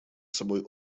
собой